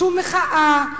שום מחאה.